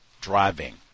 driving